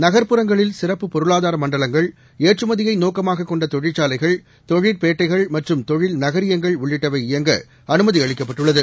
நக்ப்புறங்களில் சிறப்பு பொருளாதார மண்டலங்கள் ஏற்றுமதியை நோக்கமாக கொண்ட தொழிற்சாலைகள் தொழிற்பேட்டைகள் மற்றும் தொழில் நகரியங்கள் உள்ளிட்டவை இயங்க அனுமதி அளிக்கப்பட்டுள்ளது